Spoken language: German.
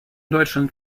deutschland